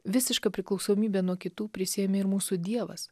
visišką priklausomybę nuo kitų prisiėmė ir mūsų dievas